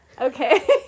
Okay